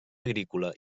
agrícola